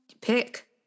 pick